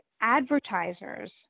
advertisers